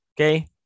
okay